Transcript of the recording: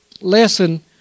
lesson